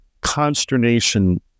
consternation